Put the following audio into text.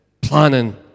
planning